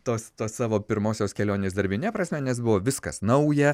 tos savo pirmosios kelionės darbine prasme nes buvo viskas nauja